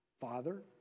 father